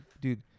dude